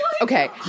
Okay